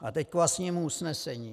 A teď k vlastnímu usnesení.